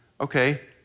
Okay